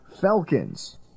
Falcons